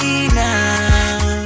now